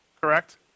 correct